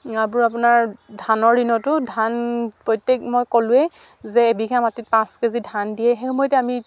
আপোনাৰ ধানৰ দিনতো ধান প্ৰত্যেক মই ক'লোৱেই যে এবিঘা মাটিত পাঁচ কেজি ধান দিয়ে সেই সময়তে আমি